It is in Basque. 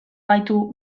gaitu